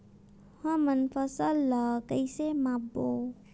हमन फसल ला कइसे माप बो?